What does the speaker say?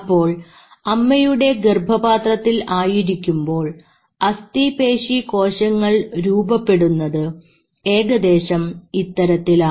അപ്പോൾ അമ്മയുടെ ഗർഭപാത്രത്തിൽ ആയിരിക്കുമ്പോൾ അസ്ഥി പേശി കോശങ്ങൾ രൂപപ്പെടുന്നത് ഏകദേശം ഇത്തരത്തിലാണ്